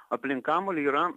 aplink kamuolį yra